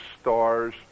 stars